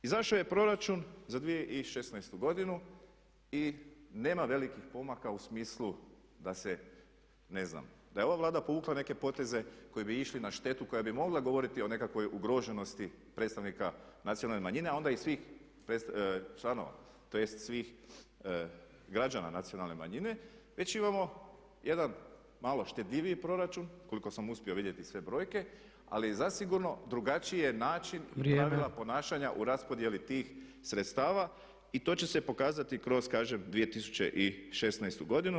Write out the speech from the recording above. Izašao je proračun za 2016. godinu i nema velikih pomaka u smislu da se ne znam, da je ova Vlada povukla neke poteze koji bi išli na štetu koja bi mogla govoriti o nekakvoj ugroženosti predstavnika nacionalne manjine a onda i svih članova, tj. svih građana nacionalne manjine veći imamo jedan malo štedljiviji proračun koliko sam uspio vidjeti sve brojke ali zasigurno drugačiji je način i pravila ponašanja u raspodjeli tih sredstava i to će se pokazati kroz kažem 2016. godinu.